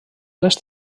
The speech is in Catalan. les